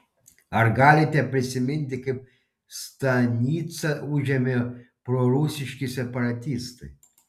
ar galite prisiminti kaip stanicą užėmė prorusiški separatistai